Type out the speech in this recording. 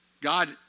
God